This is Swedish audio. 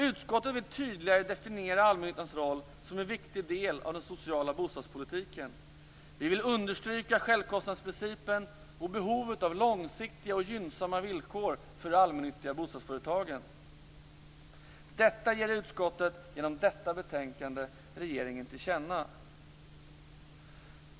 Utskottet vill tydligare definiera allmännyttans roll som en viktig del av den sociala bostadspolitiken. Vi vill understryka självkostnadsprincipen och behovet av långsiktiga och gynnsamma villkor för de allmännyttiga bostadsföretagen. Detta ger utskottet genom detta betänkande regeringen till känna.